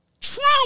Trump